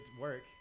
work